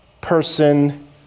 person